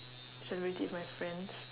celebrate it with my friends